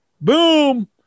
Boom